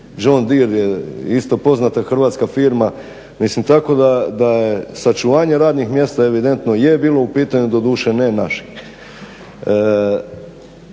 razumije./… je isto poznata hrvatska firma. Tako da je sačuvanje radnih mjesta evidentno je bilo u pitanju, doduše ne naših.